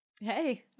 Hey